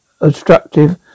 obstructive